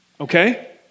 Okay